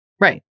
Right